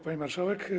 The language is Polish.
Pani Marszałek!